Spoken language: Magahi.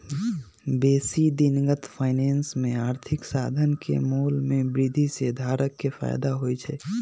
बेशी दिनगत फाइनेंस में आर्थिक साधन के मोल में वृद्धि से धारक के फयदा होइ छइ